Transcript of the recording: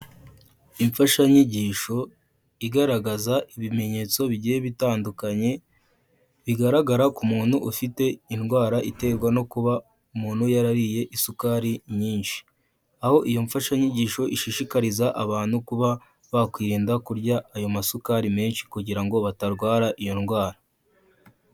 Imfashanyigisho igaragaza ibimenyetso bigiye bitandukanye, bigaragara ku muntu ufite indwara iterwa no kuba umuntu yarariye isukari nyinshi. Aho iyo mfashanyigisho ishishikariza abantu kuba bakwirinda kurya ayo masukari menshi kugira ngo batarwara iyo ndwara.